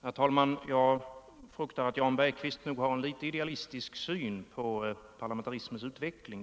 Herr talman! Jag fruktar att herr Bergqvist har en något idealistisk syn på parlamentarismens utveckling.